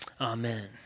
amen